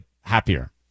happier